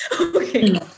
Okay